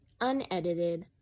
unedited